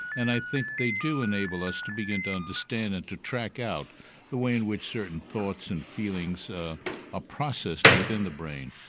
and i think they do enable us to begin to understand and to track out the way in which certain thoughts and feelings are ah processed within the brain.